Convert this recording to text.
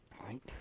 Right